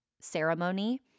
ceremony